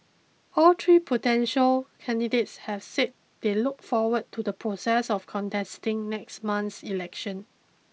all three potential candidates have said they look forward to the process of contesting next month's election